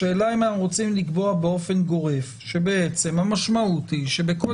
השאלה היא אם אנחנו רוצים לקבוע באופן גורף שהמשמעות היא שבכל